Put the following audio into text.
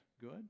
good